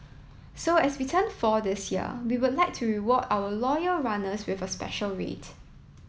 so as we turn four this year we would like to reward our loyal runners with a special rate